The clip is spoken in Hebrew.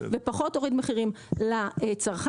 ופחות הוריד מחירים לצרכן,